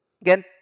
Again